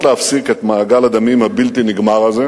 להפסיק את מעגל הדמים הבלתי-נגמר הזה.